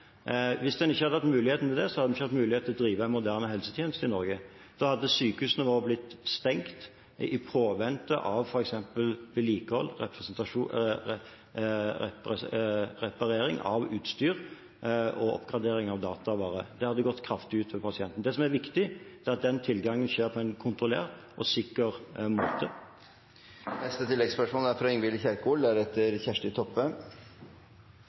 Hvis en ikke hadde hatt mulighet til det, hadde vi ikke hatt mulighet til å drive en moderne helsetjeneste i Norge. Da hadde sykehusene våre blitt stengt i påvente av f.eks. vedlikehold, reparering av utstyr og oppgradering av datavare. Det hadde gått kraftig ut over pasienten. Det som er viktig, er at den tilgangen skjer på en kontrollert og sikker måte.